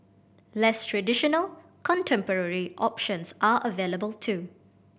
less traditional contemporary options are available too